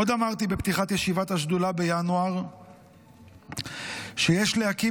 עוד אמרתי בפתיחת ישיבת השדולה בינואר שיש להקים